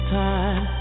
time